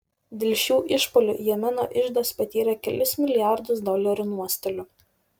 dėl šių išpuolių jemeno iždas patyrė kelis milijardus dolerių nuostolių